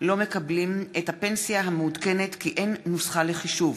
הסדרת מעמדם של הפוסט-דוקטורנטים ועצירת בריחת המוחות מישראל,